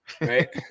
right